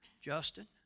Justin